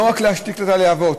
לא רק להשקיט את הלהבות.